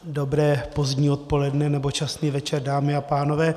Dobré pozdní odpoledne nebo časný večer, dámy a pánové.